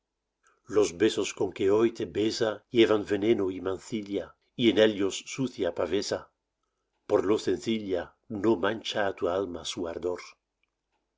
los besos con que hoy te besa llevan veneno y mancilla y en ellos sucia pavesa por lo sencilla no mancha á tu alma su ardor